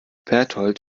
bertold